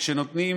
תשמע, כשנותנים